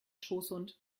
schoßhund